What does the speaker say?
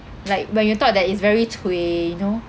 like when you thought that is very zui you know